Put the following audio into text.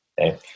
Okay